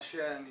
מה שאני